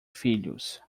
filhos